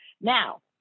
Now